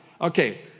Okay